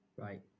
Right